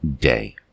day